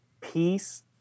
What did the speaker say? peace